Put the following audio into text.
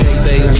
stay